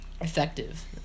Effective